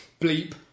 bleep